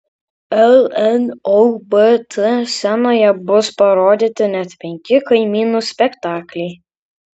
lnobt scenoje bus parodyti net penki kaimynų spektakliai